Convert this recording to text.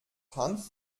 hanf